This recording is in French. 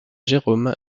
jérôme